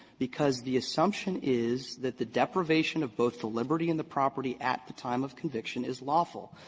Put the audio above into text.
because the assumption is that the deprivation of both the liberty and the property at the time of conviction is lawful,